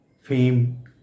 fame